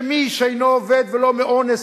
שמי שאינו עובד ולא מאונס,